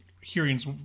hearings